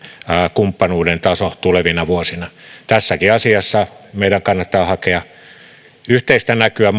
kumppanuuden taso tulevina vuosina tässäkin asiassa meidän kannattaa hakea yhteistä näkyä